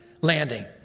landing